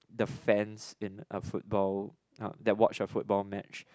the fans in a football uh that watch a football match